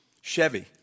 Chevy